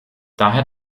daher